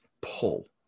pull